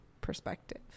perspective